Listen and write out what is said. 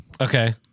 Okay